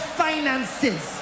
finances